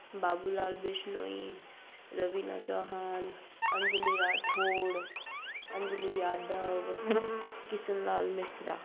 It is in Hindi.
बाबूलाल बिश्नोई रवीना चौहान अंजली राठौर अंजली यादव किशन लाल मिश्रा